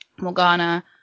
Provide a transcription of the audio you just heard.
morgana